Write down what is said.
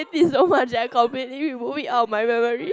it so much that I completely remove it out of my memory